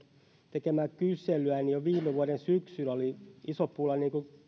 tekemää kyselyä niin jo viime vuoden syksyllä oli iso pula